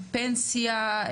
פנסיה,